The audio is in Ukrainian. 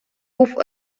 був